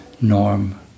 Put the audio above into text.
norm